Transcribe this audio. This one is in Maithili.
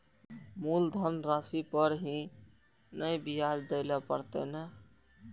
मुलधन राशि पर ही नै ब्याज दै लै परतें ने?